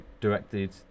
directed